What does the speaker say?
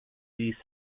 these